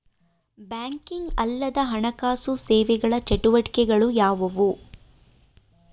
Banking ಅಲ್ಲದ ಹಣಕಾಸು ಸೇವೆಗಳ ಚಟುವಟಿಕೆಗಳು ಯಾವುವು?